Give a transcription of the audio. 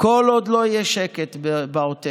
כל עוד לא יהיה שקט בעוטף.